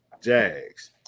Jags